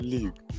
League